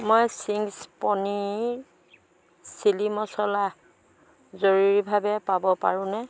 মই Ching's paneer chilli masala জৰুৰীভাৱে পাব পাৰোঁনে